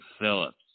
Phillips